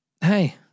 hey